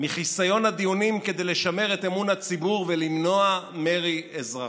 מחסיון הדיונים כדי לשמר את אמון הציבור ולמנוע מרי אזרחי.